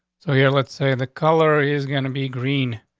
so here, let's say the color is gonna be green.